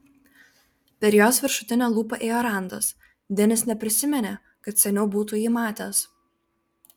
per jos viršutinę lūpą ėjo randas denis neprisiminė kad seniau būtų jį matęs